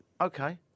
Okay